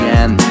end